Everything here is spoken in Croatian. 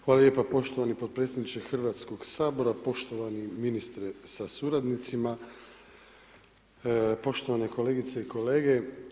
Hvala lijepa poštovani potpredsjedniče Hrvatskog sabora, poštovani ministre sa suradnicima, poštovane kolegice i kolege.